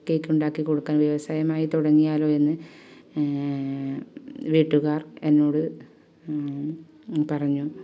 കേക്കുണ്ടാക്കി കൊടുക്കാൻ വ്യവസായമായി തുടങ്ങിയാലോ എന്ന് വീട്ടുകാർ എന്നോട് പറഞ്ഞു